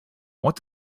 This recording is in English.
what